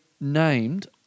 named